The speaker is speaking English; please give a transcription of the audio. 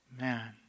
Man